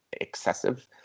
excessive